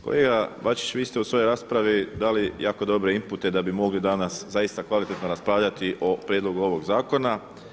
Kolega Bačić vi ste u svojoj raspravi dali jako dobre inpute da bi mogli danas zaista kvalitetno raspravljati o prijedlogu ovog zakona.